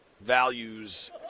values